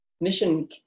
mission